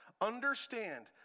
understand